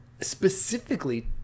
specifically